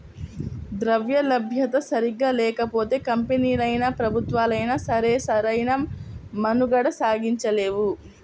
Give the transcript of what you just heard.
ద్రవ్యలభ్యత సరిగ్గా లేకపోతే కంపెనీలైనా, ప్రభుత్వాలైనా సరే సరైన మనుగడ సాగించలేవు